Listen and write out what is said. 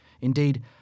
Indeed